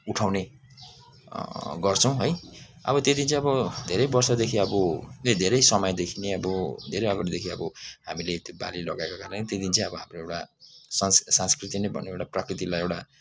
उठाउने गर्छौँ है अब त्यो दिन चाहिँ अब धेरै वर्षदेखि अब धेरै समयदेखि नै अब धेरै अगाडिदेखि अब हामीले त्यो बाली लगाएको कारण त्यो दिन चाहिँ अब हाम्रो एउटा संस संस्कृति नै भनौँ एउटा प्रकृतिलाई एउटा